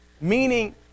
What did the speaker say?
meaning